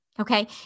Okay